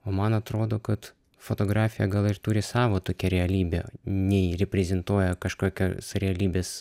o man atrodo kad fotografija gal ir turi savo tokią realybę nei reprezentuoja kažkokią realybės